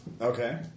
Okay